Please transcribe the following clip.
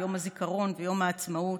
יום הזיכרון ויום העצמאות,